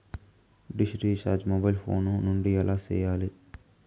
dish recharge mobile phone నుండి ఎలా సేయాలి